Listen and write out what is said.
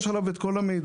יש עליו את כל המידע,